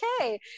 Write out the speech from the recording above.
okay